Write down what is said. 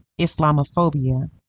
Islamophobia